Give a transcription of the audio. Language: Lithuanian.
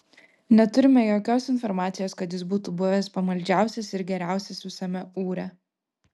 neturime jokios informacijos kad jis būtų buvęs pamaldžiausias ir geriausias visame ūre